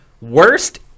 worst